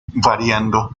variando